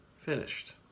finished